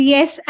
Yes